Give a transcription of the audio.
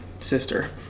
sister